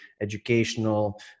educational